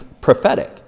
prophetic